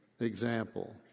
Example